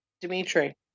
Dimitri